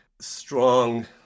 strong